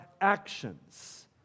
actions